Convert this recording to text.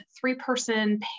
three-person